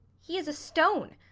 he is a stone,